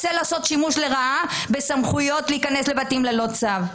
רוצה לעשות שימוש לרעה בסמכויות להיכנס לבתים ללא צו.